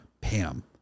PAM